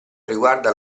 riguarda